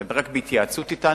זה רק בהתייעצות אתנו.